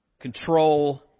control